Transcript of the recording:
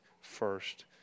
first